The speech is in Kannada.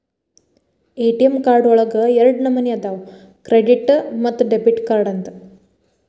ಎ.ಟಿ.ಎಂ ಕಾರ್ಡ್ ಒಳಗ ಎರಡ ನಮನಿ ಅದಾವ ಕ್ರೆಡಿಟ್ ಮತ್ತ ಡೆಬಿಟ್ ಕಾರ್ಡ್ ಅಂತ